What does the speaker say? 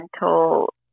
mental